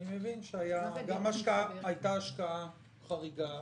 אני מבין שהייתה גם השקעה חריגה,